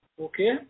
Okay